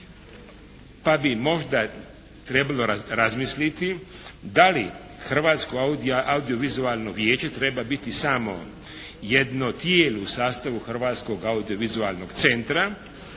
pa bi možda trebalo razmisliti da li Hrvatsko audiovizualno vijeće treba biti samo jedno tijelo u sastavu Hrvatskog audiovizualnog centra